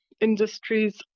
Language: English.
industries